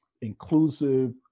inclusive